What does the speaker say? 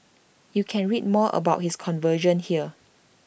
you can read more about his conversion here